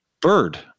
bird